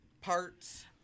parts